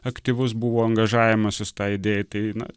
aktyvus buvo angažavimasis tai idėjai tai na